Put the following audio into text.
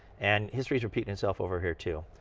and history's repeating itself over here too.